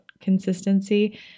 consistency